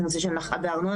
את הנושא של הנחה בארנונה,